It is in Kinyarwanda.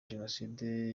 jenoside